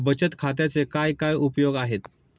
बचत खात्याचे काय काय उपयोग आहेत?